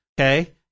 okay